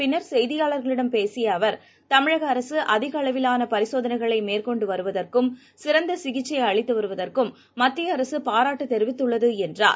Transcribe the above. பின்னர் செய்தியாளர்களிடம் இதன் பேசியஅவர் தமிழகஅரசுஅதிகளவிலானபரிசோதனைகளைமேற்கொண்டுவருவதற்கும் சிறந்தசிகிச்சைஅளித்துவருவதற்கும் மத்திய அரசு பாராட்டு தெரிவித்துள்ள துஎன்றார்